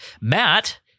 Matt